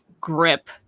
grip